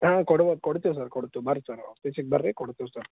ಹಾಂ ಕೊಡುವ ಕೊಡ್ತೀವಿ ಸರ್ ಕೊಡ್ತೀವಿ ಬರ್ರಿ ಸರ್ ಆಫೀಸಿಗೆ ಬರ್ರಿ ಕೊಡ್ತೀವಿ ಸರ್